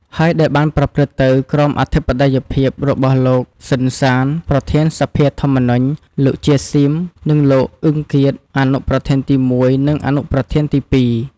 ហើយ ដែលបានប្រព្រឹត្តទៅក្រោមអធិបតីភាពរបស់លោក សឺន សាន ប្រធានសភាធម្មនុញ្ញ លោក ជា ស៊ីម និងលោក អ៊ឹង គៀត អនុប្រធានទី១ និងអនុប្រធានទី២។